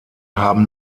haben